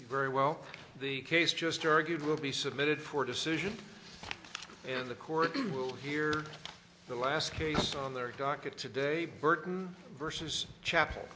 time very well the case just argued will be submitted for decision and the court will hear the last case on their docket today burton versus chapel